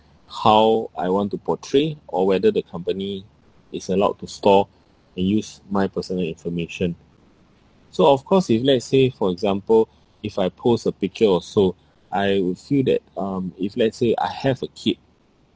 how I want to portray or whether the company is allowed to store and use my personal information so of course if let's say for example if I post a picture or so I would feel that um if let's say I have a kid